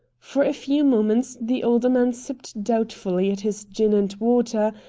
for a few moments the older man sipped doubtfully at his gin and water,